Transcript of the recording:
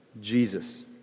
Jesus